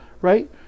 right